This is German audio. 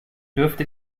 dürfte